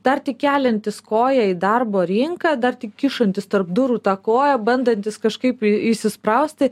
dar tik keliantis koją į darbo rinką dar tik kišantis tarp durų tą koją bandantis kažkaip įsisprausti